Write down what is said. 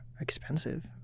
expensive